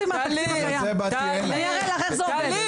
מהתקציב --- אני אראה לך איך זה עובד.